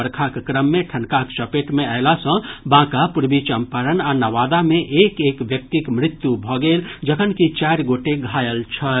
बरखाक क्रम मे ठनकाक चपेट मे अयला सँ बांका पूर्वी चम्पारण आ नवादा मे एक एक व्यक्तिक मृत्यु भऽ गेल जखनकि चारि गोटे घायल छथि